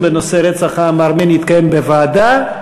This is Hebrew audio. בנושא רצח העם הארמני יתקיים בוועדה.